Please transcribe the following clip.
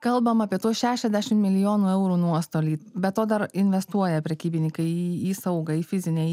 kalbam apie tuos šešiadešim milijonų eurų nuostolį be to dar investuoja prekybininkai į į saugą į fizinę į